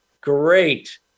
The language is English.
Great